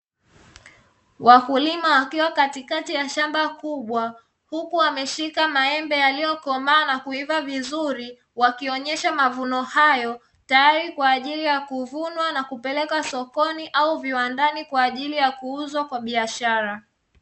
Wakulima wakiwa katikati ya shamba kubwa huku wameshika maembe yaliyokomaa na kuivaa vizuri, wakionyesha mavuno hayo tayari kwa ajili ya kuvunwa na kupeleka sokoni au viwandani kwa ajili ya kuuzwa kwa biashara.